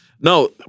no